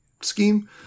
scheme